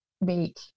make